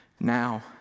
now